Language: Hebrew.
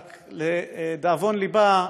לדאבון לבה,